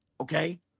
Okay